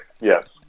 Yes